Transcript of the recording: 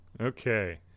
Okay